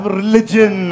religion